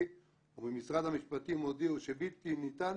ובמשרד המשפטים הודיעו שבלתי ניתן